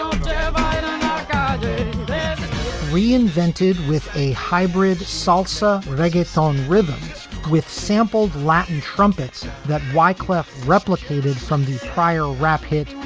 um reinvented with a hybrid salsa reggae song, rhythm with sampled latin trumpets that wyclef replicated from his prior rap hip.